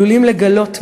עלולים לגלות,